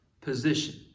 position